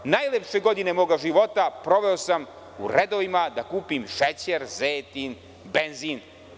Najlepše godine moga života proveo sam u redovima da kupim šećer, zejtin, benzin.